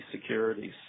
securities